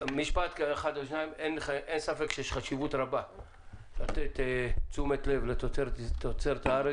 משפט אחד או שניים: אין ספק שיש חשיבות לתת תשומת לב לתוצרת הארץ.